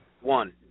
one